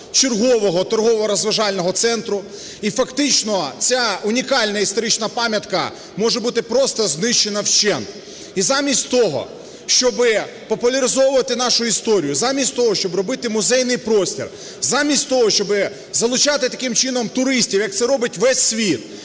чергового торгово-розважального центру, і фактично ця унікальна історична пам'ятка може бути просто знищена вщент. І замість того, щоб популяризовувати нашу історію, замість того, щоб робити музейний простір, замість того, щоб залучати таким чином туристів, як це робить весь світ,